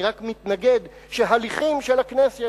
אני רק מתנגד שהליכים של הכנסת,